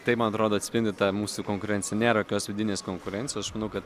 tai man atrodo atspindi tą mūsų konkurenciją nėra jokios vidinės konkurencijos kad